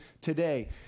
today